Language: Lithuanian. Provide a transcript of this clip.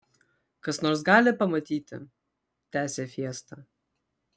kas nors gali pamatyti tęsė fiesta